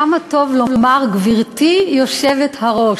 כמה טוב לומר "גברתי היושבת-ראש".